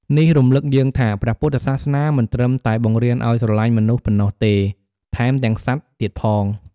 នេះរំឭកយើងថា ព្រះពុទ្ធសាសនាមិនត្រឹមតែបង្រៀនឱ្យស្រលាញ់មនុស្សប៉ុណ្ណោះទេ ថែមទាំងសត្វទៀតផង។